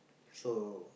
so